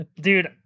Dude